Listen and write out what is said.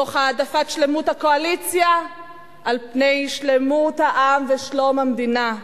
תוך העדפת שלמות הקואליציה על פני שלמות העם ושלום המדינה,